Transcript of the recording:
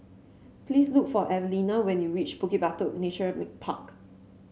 please look for Evelina when you reach Bukit Batok Nature Park